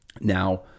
Now